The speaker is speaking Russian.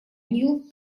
нил